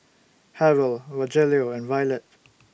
Harold Rogelio and Violette